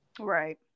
right